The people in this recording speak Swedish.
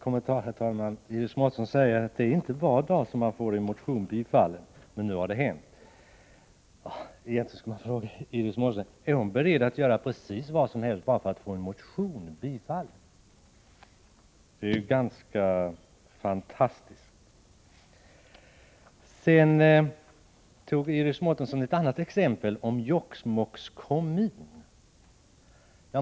Herr talman! Iris Mårtensson sade: Det är inte var dag man får en motion tillstyrkt, men nu har det hänt. Egentligen skulle jag fråga Iris Mårtensson om hon är beredd att göra precis vad som helst bara för att få en motion tillstyrkt. Iris Mårtensson tog ett annat exempel, från Jokkmokks kommun.